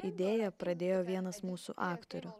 idėją pradėjo vienas mūsų aktorių